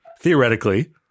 theoretically